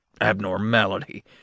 abnormality